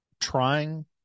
trying